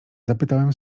zapytałem